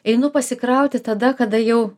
einu pasikrauti tada kada jau